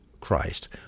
Christ